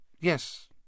yes